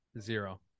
zero